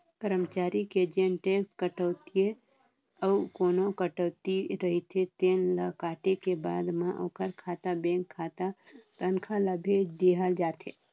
करमचारी के जेन टेक्स कटउतीए अउ कोना कटउती रहिथे तेन ल काटे के बाद म ओखर खाता बेंक खाता तनखा ल भेज देहल जाथे